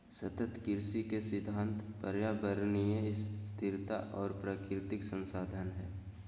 सतत कृषि के सिद्धांत पर्यावरणीय स्थिरता और प्राकृतिक संसाधन हइ